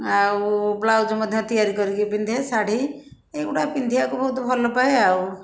ଆଉ ବ୍ଲାଉଜ୍ ମଧ୍ୟ ତିଆରି କରିକି ପିନ୍ଧେ ଶାଢ଼ୀ ଏଇଗୁଡ଼ା ପିନ୍ଧିବାକୁ ବହୁତ ଭଲ ପାଏ ଆଉ